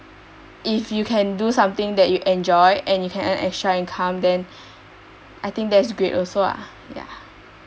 if you can do something that you enjoy and you can earn extra income then I think that is great also ah ya